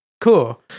Cool